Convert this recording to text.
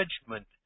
judgment